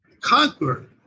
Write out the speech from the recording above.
conquer